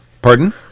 Pardon